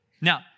Now